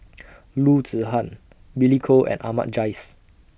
Loo Zihan Billy Koh and Ahmad Jais